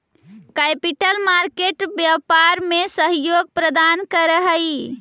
capital market व्यापार में सहयोग प्रदान करऽ हई